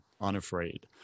unafraid